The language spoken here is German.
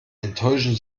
enttäuschen